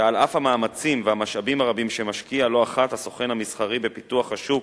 שעל אף המאמצים והמשאבים הרבים שמשקיע לא אחת הסוכן המסחרי בפיתוח השוק